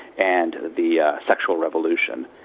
and the sexual revolution.